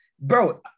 bro